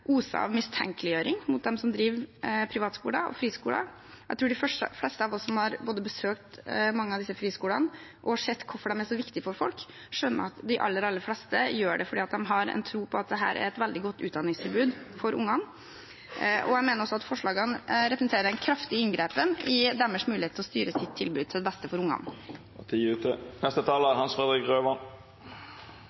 av mistenkeliggjøring mot dem som driver privatskoler og friskoler. Jeg tror de fleste av oss som har besøkt mange av disse friskolene og sett hvorfor de er så viktige for folk, skjønner at de aller, aller fleste gjør det fordi de har tro på at dette er et veldig godt utdanningstilbud for ungene. Jeg mener også at forslagene representerer en kraftig inngripen i deres mulighet til å styre sitt tilbud til det beste for ungene. Et mangfoldig skoletilbud kommer både familiene, kommuner og